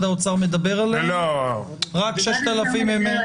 האוצר מדבר עליהם רק 6,000 לא מחוסנים?